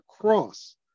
cross